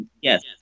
Yes